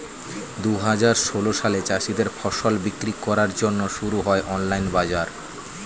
দুহাজার ষোল সালে চাষীদের ফসল বিক্রি করার জন্যে শুরু হয় অনলাইন বাজার